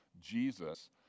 Jesus